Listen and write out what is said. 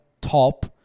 top